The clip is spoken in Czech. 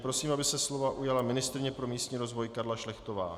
Prosím, aby se slova ujala ministryně pro místní rozvoj Karla Šlechtová.